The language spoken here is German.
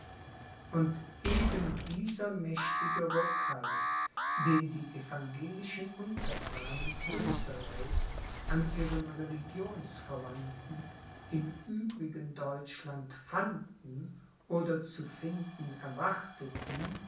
und eben dieser mächtige rückhalt den die evangelischen untertanen oesterreichs an ihren religionsverwandten im übrigen deutschland fanden oder zu finden erwarteten